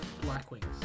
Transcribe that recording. Blackwings